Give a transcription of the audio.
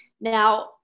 now